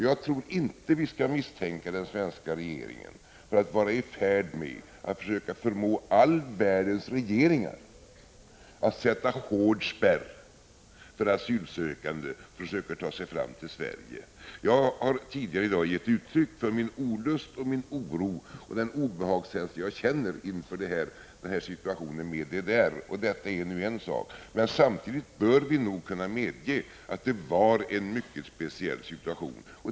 Jag tror inte vi skall misstänka den svenska regeringen för att vara i färd med att försöka få alla världens regeringar att sätta hård spärr för asylsökande som försöker ta sig fram till Sverige. Jag har tidigare i dag givit uttryck för den olust, den oro och det obehag jag känner inför situationen med DDR, och detta är nu en sak. Men samtidigt bör vi kunna medge att det var en mycket speciell situation.